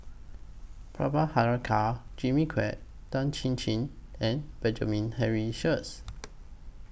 Jimmy Quek Tan Chin Chin and Benjamin Henry Sheares